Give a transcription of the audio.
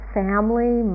family